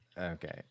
Okay